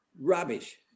Rubbish